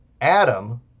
Adam